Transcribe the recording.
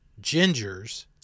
gingers